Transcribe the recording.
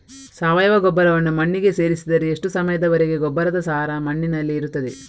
ಸಾವಯವ ಗೊಬ್ಬರವನ್ನು ಮಣ್ಣಿಗೆ ಸೇರಿಸಿದರೆ ಎಷ್ಟು ಸಮಯದ ವರೆಗೆ ಗೊಬ್ಬರದ ಸಾರ ಮಣ್ಣಿನಲ್ಲಿ ಇರುತ್ತದೆ?